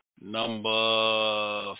number